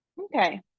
okay